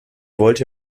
wollte